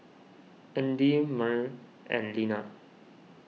Andy Myrl and Leana